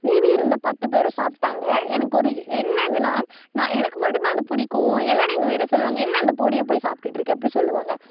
மீதி இருந்த பத்துப்பேரும் சாப்பிடாங்க எனக்கு ஒரு என்ன இதுனால் நான் எனக்கு மட்டுந்தான் அது பிடிக்கும் எல்லாரும் எங்கள் வீட்டில சொல்வாங்க என்ன அந்த பொடியைப்போய் சாப்பிட்டுட்டு இருக்க அப்படி சொல்லுவாங்க